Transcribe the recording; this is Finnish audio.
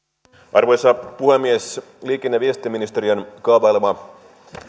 arvoisa puhemies liikenne ja viestintäministeriön kaavailema